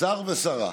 שר ושרה.